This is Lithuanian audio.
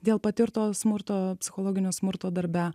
dėl patirto smurto psichologinio smurto darbe